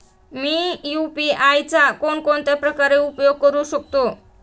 मी UPI चा कोणकोणत्या प्रकारे उपयोग करू शकतो?